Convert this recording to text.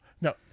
no